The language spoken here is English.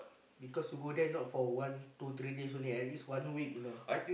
because you go there not for one two three days only at least one week you know